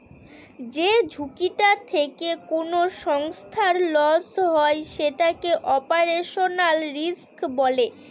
যে ঝুঁকিটা থেকে কোনো সংস্থার লস হয় সেটাকে অপারেশনাল রিস্ক বলে